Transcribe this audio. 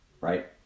right